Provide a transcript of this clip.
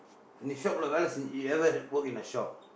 நீ:nii shop லே வேலை செஞ்சு:lee veelai senjsu you ever work in a shop